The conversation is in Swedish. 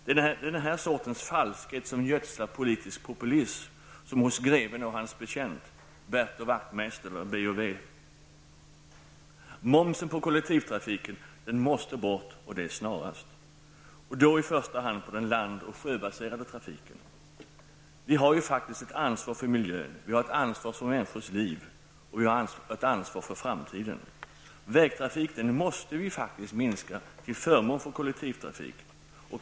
Det är denna sorts falskhet som gödslar politisk populism som hos greven och hans betjänt, Bert och Wachtmeister, Momsen på kollektivtrafiken måste bort, och det snarast. Det gäller i första hand för den land och sjöbaserade trafiken. Vi har ansvar för miljön. Vi har ansvar för människors liv, och vi har ansvar för framtiden. Vägtrafiken måste minskas till förmån för kollektivtrafik.